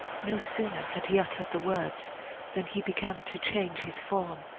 no sooner had he uttered the words than he began to change his form.